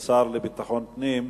את השר לביטחון פנים,